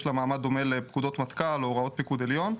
יש לה מעמד דומה לפקודות מטכ"ל או הוראות פיקוד עליון.